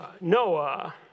Noah